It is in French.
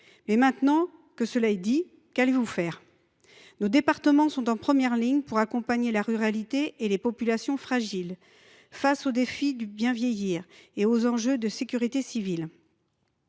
Maintenant que cela est dit, qu’allez vous faire ? Nos départements sont en première ligne pour accompagner la ruralité et les populations fragiles face aux défis du bien vieillir et aux enjeux de sécurité civile.